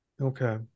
Okay